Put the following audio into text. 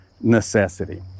necessity